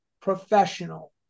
professional